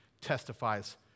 testifies